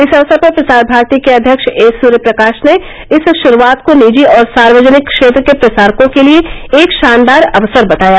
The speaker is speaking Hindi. इस अवसर पर प्रसार भारती के अध्यक्ष ए सूर्य प्रकाश ने इस शुरूआत को निजी और सार्वजनिक क्षेत्र के प्रसारकों के लिए एक शानदार अवसर बताया